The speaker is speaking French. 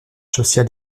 social